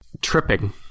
Tripping